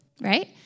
right